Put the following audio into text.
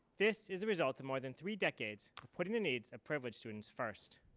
this is a result of more than three decades of putting the needs of privilege students first